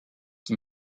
qui